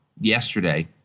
yesterday